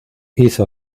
hizo